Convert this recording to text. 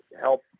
help